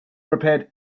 prepared